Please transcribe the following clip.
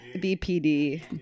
B-P-D